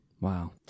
Wow